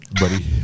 Buddy